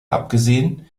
abgesehen